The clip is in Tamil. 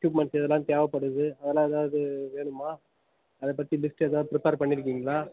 எக்யூப்மெண்ட்ஸ் எதெல்லாம் தேவைப்படுது அதெல்லாம் எதாவது வேணுமா அதை பற்றி லிஸ்ட் ஏதாவது ப்ரிப்பர் பண்ணிருக்கீங்களா